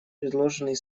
предложенный